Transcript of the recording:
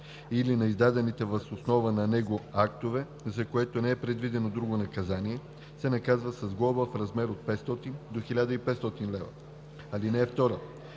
или на издадените въз основа на него актове, за което не е предвидено друго наказание, се наказва с глоба в размер от 500 до 1500 лв. (2) На